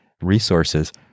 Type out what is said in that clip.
resources